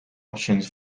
options